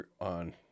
On